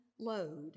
load